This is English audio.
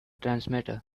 transmitter